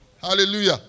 Hallelujah